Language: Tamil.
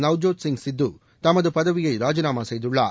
நவ்ஜோத் சிங் சித்து தமது பதவியை ராஜினாமா செய்துள்ளார்